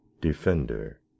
Defender